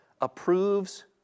approves